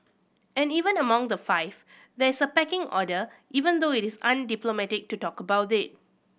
and even among the five there is a pecking order even though it is undiplomatic to talk about it